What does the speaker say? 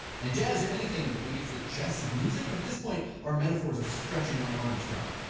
and jazz, if anything, maybe it's the chess of music. but at this point, our metaphors are stretching like armstrong.